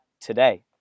today